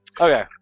Okay